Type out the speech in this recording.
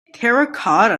terracotta